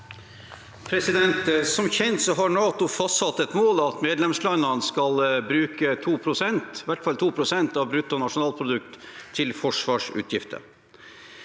Som kjent har NATO fastsatt et mål om at medlemslandene skal bruke i hvert fall 2 pst. av bruttonasjonalprodukt til forsvarsutgifter.